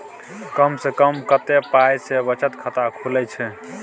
कम से कम कत्ते पाई सं बचत खाता खुले छै?